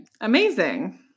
Amazing